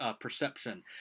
perception